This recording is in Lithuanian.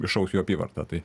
išaugs jų apyvarta tai